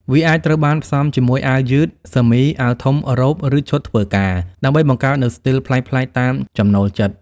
វាអាចត្រូវបានផ្សំជាមួយអាវយឺត សឺមី អាវធំ រ៉ូប ឬឈុតធ្វើការ ដើម្បីបង្កើតនូវស្ទីលប្លែកៗតាមចំណូលចិត្ត។